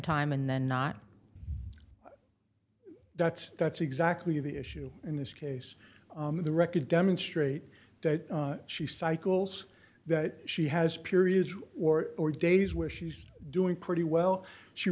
time and then not that's that's exactly the issue in this case the records demonstrate that she cycles that she has periods or or days where she's doing pretty well she